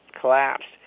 collapsed